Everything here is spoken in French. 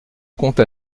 conte